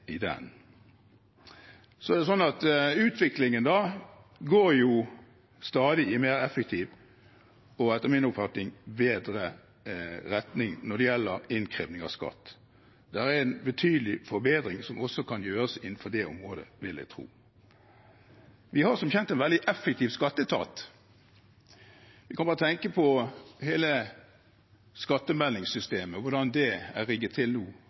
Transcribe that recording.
Utviklingen går jo stadig i en mer effektiv – og etter min oppfatning bedre – retning når det gjelder innkreving av skatt. Det er en betydelig forbedring som kan gjøres også innenfor det området, vil jeg tro. Vi har som kjent en veldig effektiv skatteetat. Vi kan bare tenke på hele skattemeldingssystemet, hvordan det er rigget til nå,